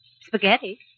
Spaghetti